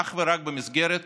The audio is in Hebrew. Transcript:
אך ורק במסגרת